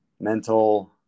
mental